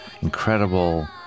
incredible